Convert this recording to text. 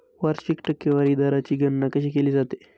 वार्षिक टक्केवारी दराची गणना कशी केली जाते?